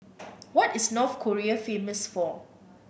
what is North Korea famous for